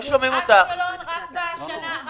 אם אנחנו רוצים שהמפעלים האלה יישארו או שיגיעו